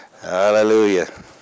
Hallelujah